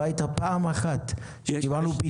לא הייתה פעם אחת שקיבלנו פתרון.